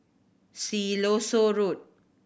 Siloso Road